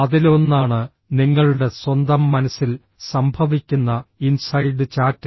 അതിലൊന്നാണ് നിങ്ങളുടെ സ്വന്തം മനസ്സിൽ സംഭവിക്കുന്ന ഇൻസൈഡ് ചാറ്റ്